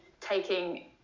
taking